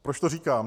Proč to říkám?